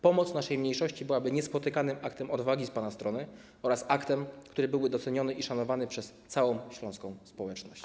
Pomoc naszej mniejszości byłaby niespotykanym aktem odwagi z pana strony oraz aktem, który byłby doceniony i szanowany przez całą śląską społeczność.